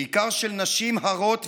בעיקר של נשים הרות ואימהות,